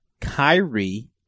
Kyrie